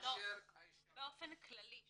באופן כללי,